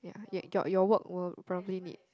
yeah your your work will probably need